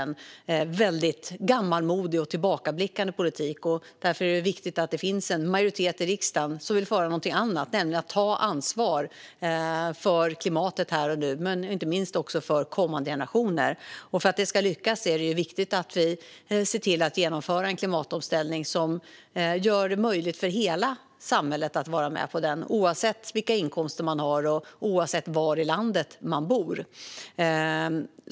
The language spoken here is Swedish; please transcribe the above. Det är en väldigt gammalmodig och tillbakablickande politik. Därför är det viktigt att det finns en majoritet i riksdagen som vill göra någonting annat, nämligen ta ansvar för klimatet här och nu, inte minst för kommande generationers skull. För att det ska lyckas är det viktigt att vi ser till att genomföra en klimatomställning som det är möjligt för hela samhället att vara med på, oavsett vilka inkomster man har och var i landet man bor.